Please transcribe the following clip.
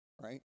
right